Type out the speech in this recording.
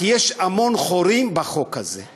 כי יש המון חורים בחוק הזה,